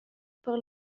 per